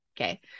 Okay